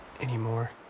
anymore